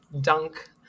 dunk